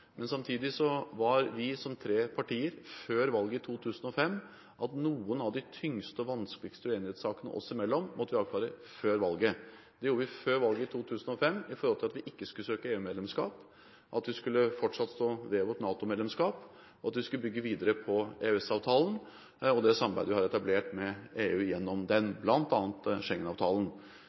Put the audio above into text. men samtidig var vi tre partier før valget i 2005 enige om at vi måtte avklare noen av de tyngste og vanskeligste uenighetssakene oss imellom før valget. Det gjorde vi før valget i 2005 med tanke på at vi ikke skulle søke EU-medlemskap, at vi fortsatt skulle stå ved vårt NATO-medlemskap, og at vi skulle bygge videre på EØS-avtalen og det samarbeidet vi har etablert med EU gjennom den,